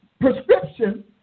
prescription